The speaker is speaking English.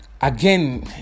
again